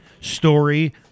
story